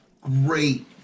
great